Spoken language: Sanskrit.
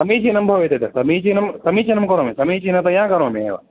समीचीनं भवेत् एतत् समीचीनं समीचीनं करोमि समीचीनतया करोमि एव